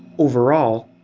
overall,